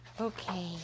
Okay